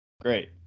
Great